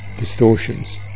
distortions